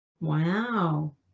Wow